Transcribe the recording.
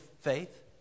faith